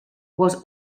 was